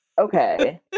Okay